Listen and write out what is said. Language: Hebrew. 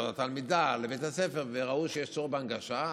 התלמידה לבית הספר וראו שיש צורך בהנגשה,